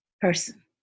person